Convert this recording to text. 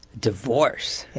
divorce? yeah